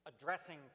addressing